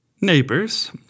Neighbors